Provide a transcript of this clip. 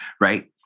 right